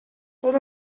tot